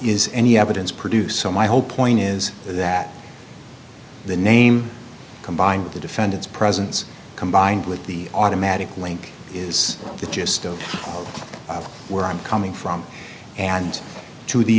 is any evidence produced so my whole point is that the name combined with the defendant's presence combined with the automatic link is the gist of where i'm coming from and to the